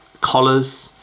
collars